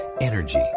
energy